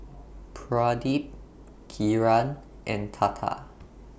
Pradip Kiran and Tata